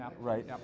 right